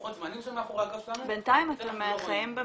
לוחות הזמנים שמאחורי הגב שלנו --- בינתיים אתם חיים במה?